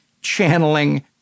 channeling